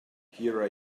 here